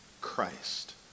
Christ